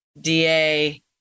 DA